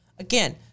Again